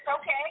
okay